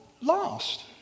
last